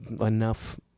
enough